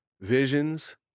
visions